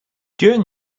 during